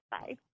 Bye